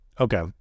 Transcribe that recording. Okay